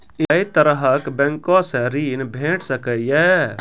ऐ तरहक बैंकोसऽ ॠण भेट सकै ये?